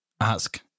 ask